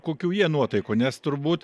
kokių jie nuotaikų nes turbūt